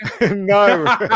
no